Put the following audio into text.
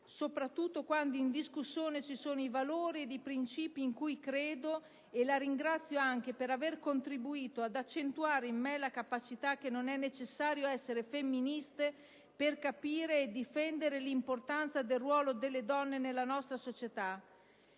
soprattutto quando in discussione ci sono i valori e i principi in cui credo. La ringrazio anche per aver contribuito ad accentuare in me la consapevolezza che non è necessario essere femministe per capire e difendere l'importanza del ruolo delle donne nella nostra società.